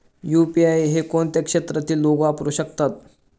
UPI हे कोणत्या क्षेत्रातील लोक वापरू शकतात?